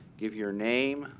give your name,